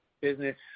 business